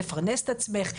לפרנס את עצמך,